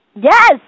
Yes